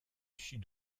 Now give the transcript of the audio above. sud